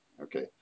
okay